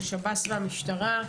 של השב"ס והמשטרה,